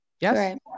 Yes